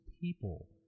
people